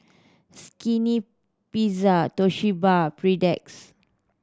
Skinny Pizza Toshiba